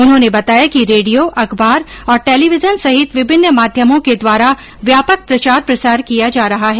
उन्होंने बताया कि रेडियो अखबार और टेलीविजन सहित विभिन्न माध्यमों के द्वारा व्यापक प्रचार प्रसार किया जा रहा है